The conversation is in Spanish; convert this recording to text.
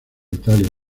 italia